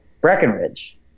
Breckenridge